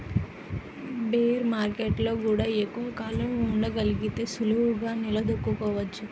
bear మార్కెట్టులో గూడా ఎక్కువ కాలం ఉండగలిగితే సులువుగా నిలదొక్కుకోవచ్చు